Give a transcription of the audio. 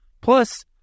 Plus